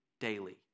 daily